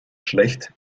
schlecht